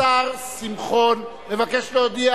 השר שמחון מבקש להודיע